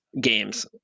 games